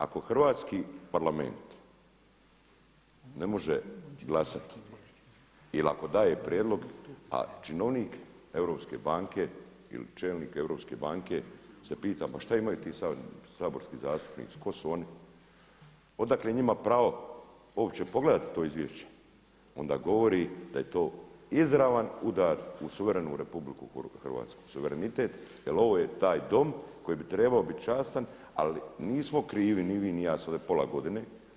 Ako hrvatski Parlament ne može glasati ili daje prijedlog a činovnik Europske banke ili čelnik Europske banke se pita pa šta imaju ti saborski zastupnici, tko su oni, odakle njima pravo uopće pogledati to izvješće onda govori da je to izravan udar u suverenu Republiku Hrvatsku, suverenitet jer ovo je taj Dom koji bi trebao bit častan, ali nismo krivi ni vi ni ja sa ove pola godine.